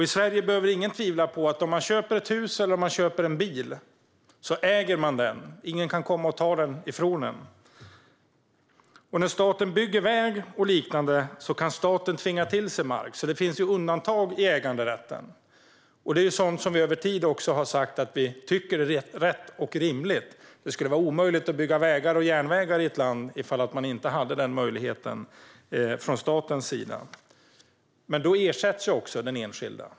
I Sverige behöver ingen tvivla på att om man köper ett hus eller en bil äger man detta. Ingen kan komma och ta det ifrån en. När staten bygger väg och liknande kan staten tvinga till sig mark. Det finns alltså undantag i äganderätten. Det är sådant som vi över tid också har sagt att vi tycker är rätt och rimligt. Det skulle vara omöjligt att bygga vägar och järnvägar i ett land om man inte hade denna möjlighet från statens sida. Men då ersätts också den enskilde.